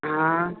हा